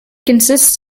consists